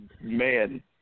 man